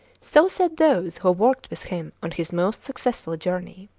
so said those who worked with him on his most successful journey.